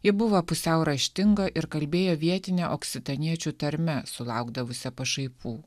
ji buvo pusiau raštinga ir kalbėjo vietine oksitaniečių tarme sulaukdavusi pašaipų